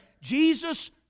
Jesus